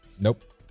Nope